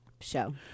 show